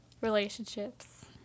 Relationships